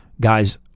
guys